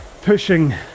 pushing